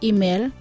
Email